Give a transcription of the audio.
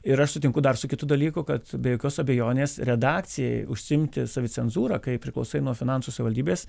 ir aš sutinku dar su kitu dalyku kad be jokios abejonės redakcijai užsiimti savicenzūra kai priklausai nuo finansų savivaldybės